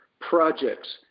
projects